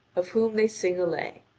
of whom they sing a lay.